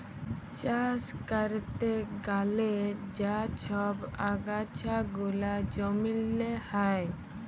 চাষ ক্যরতে গ্যালে যা ছব আগাছা গুলা জমিল্লে হ্যয়